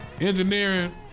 engineering